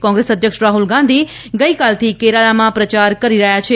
કોંગ્રેસ અધ્યક્ષ રાહુલ ગાંધી ગઇકાલથી કેરાલામાં પ્રચાર કરી રહ્યા છે